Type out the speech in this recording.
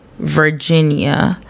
Virginia